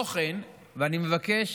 אני מבקש